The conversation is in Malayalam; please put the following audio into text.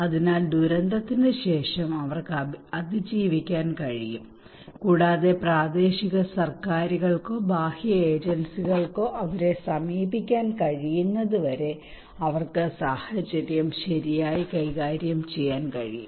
അതിനാൽ ദുരന്തത്തിന് ശേഷം അവർക്ക് അതിജീവിക്കാൻ കഴിയും കൂടാതെ പ്രാദേശിക സർക്കാരുകൾക്കോ ബാഹ്യ ഏജൻസികൾക്കോ അവരെ സമീപിക്കാൻ കഴിയുന്നതുവരെ അവർക്ക് സാഹചര്യം ശരിയായി കൈകാര്യം ചെയ്യാൻ കഴിയും